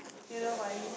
you know what I mean